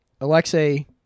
Alexei